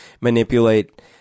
manipulate